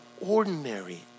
ordinary